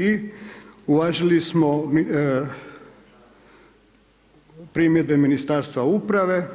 I uvažili smo primjedbe Ministarstva uprave